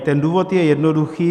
Ten důvod je jednoduchý.